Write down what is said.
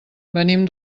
venim